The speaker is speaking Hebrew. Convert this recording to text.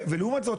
ולעומת זאת,